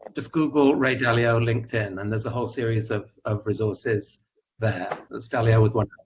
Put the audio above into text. just google ray dalio linkedin, and there's a whole series of of resources there. that's dalio with one